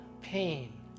pain